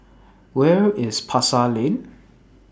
Where IS Pasar Lane